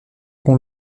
qu’on